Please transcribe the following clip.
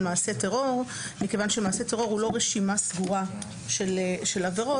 "מעשה טרור" מכיוון שמעשה טרור הוא לא רשימה סגורה של עבירות.